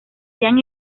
sean